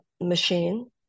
machine